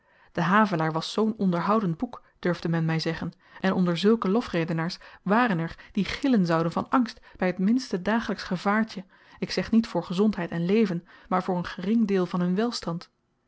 de havelaar was zoo'n onderhoudend boek durfde men my zeggen en onder zulke lofredenaars waren er die gillen zouden van angst by t minste dagelyksch gevaartje ik zeg niet voor gezondheid en leven maar voor n gering deel van hun welstand